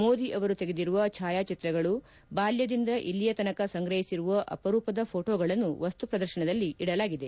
ಮೋದಿ ಅವರು ತೆಗೆದಿರುವ ಛಾಯಾಚಿತ್ರಗಳು ಬಾಲ್ಲದಿಂದ ಇಲ್ಲಿಯತನಕ ಸಂಗ್ರಹಿಸಿರುವ ಅಪರೂಪದ ಘೋಟೋಗಳನ್ನು ವಸ್ತು ಪ್ರದರ್ಶನದಲ್ಲಿ ಇಡಲಾಗಿದೆ